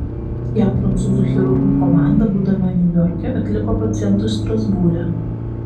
ją prancūzų chirurgų komanda būdama niujorke atliko pacientui strasbūre